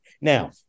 Now